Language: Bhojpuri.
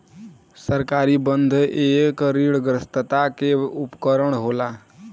सरकारी बन्ध एक ऋणग्रस्तता के उपकरण होला